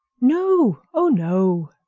no! oh, no!